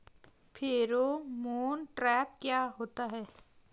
Pheromone trap क्या होता है?